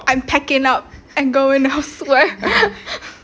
I'm packing up and going elsewhere